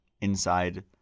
inside